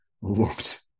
looked